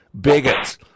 Bigots